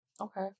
Okay